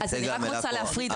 אני רק רוצה להפריד,